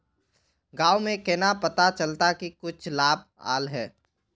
गाँव में केना पता चलता की कुछ लाभ आल है?